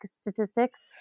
statistics